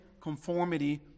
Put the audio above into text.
conformity